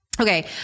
Okay